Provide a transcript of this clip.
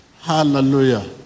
Hallelujah